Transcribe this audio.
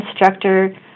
instructor